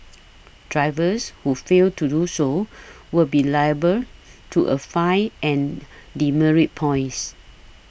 drivers who fail to do so will be liable to a fine and demerit points